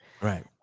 Right